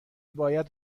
باید